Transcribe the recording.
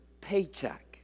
paycheck